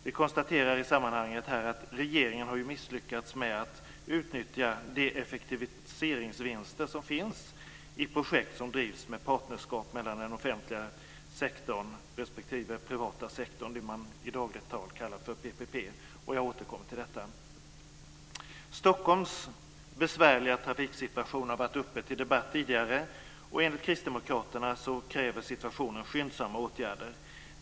Vi konstaterar i sammanhanget att regeringen har misslyckats med att utnyttja de effektiviseringsvinster som finns i projekt som drivs i partnerskap mellan den offentliga respektive den privata sektorn, dvs. det man i dagligt tal kallar PPP. Jag återkommer till detta. Stockholms besvärliga trafiksituation har varit uppe till debatt tidigare, och enligt Kristdemokraterna kräver situationen skyndsamma åtgärder.